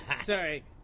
Sorry